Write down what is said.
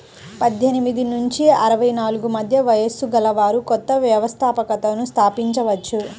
పద్దెనిమిది నుంచి అరవై నాలుగు మధ్య వయస్సు గలవారు కొత్త వ్యవస్థాపకతను స్థాపించవచ్చు